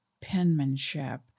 penmanship